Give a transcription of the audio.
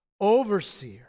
Overseer